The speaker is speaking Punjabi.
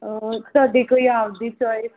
ਤੁਹਾਡੀ ਕੋਈ ਆਪਦੀ ਚੋਇਸ